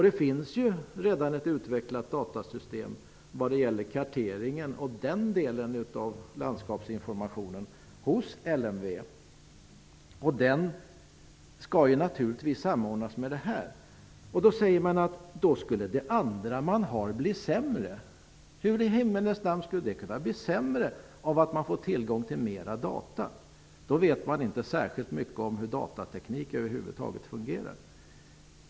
Det finns ju redan hos LMV ett utvecklat datasystem för kartering och den delen av landskapsinformationen, som naturligtvis skall samordnas med det andra. Några menar att det övriga då blir sämre. Hur i herrans namn skulle det kunna bli sämre av att man får tillgång till mer data? Om man påstår det vet man inte särskilt mycket om hur datateknik fungerar över huvud taget.